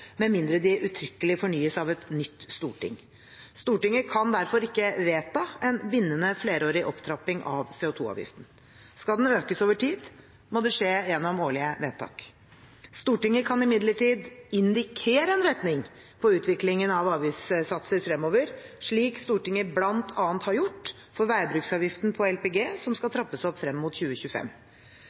med mindre de uttrykkelig fornyes av et nytt storting». Stortinget kan derfor ikke vedta en bindende flerårig opptrapping av CO 2 -avgiften. Skal den økes over tid, må det skje gjennom årlige vedtak. Stortinget kan imidlertid indikere en retning på utviklingen av avgiftssatser fremover, slik Stortinget bl.a. har gjort for veibruksavgiften på LPG, som skal trappes opp frem mot 2025.